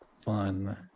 fun